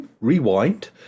rewind